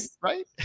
right